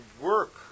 work